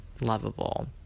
lovable